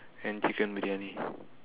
and chicken briyani